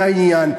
מהעניין?